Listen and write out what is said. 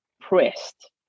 pressed